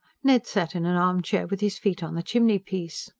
ned sat in an armchair, with his feet on the chimney-piece.